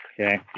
Okay